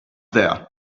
there